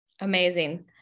amazing